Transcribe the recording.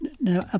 Now